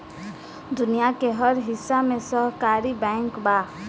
दुनिया के हर हिस्सा में सहकारी बैंक बा